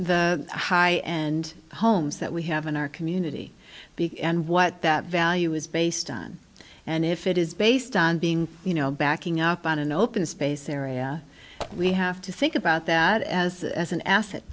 the high and homes that we have in our community because and what that value is based on and if it is based on being you know backing up on an open space area we have to think about that as an asset